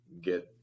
get